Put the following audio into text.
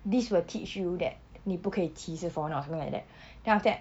this will teach you that 你不可以歧视 foreigner or something like that then after that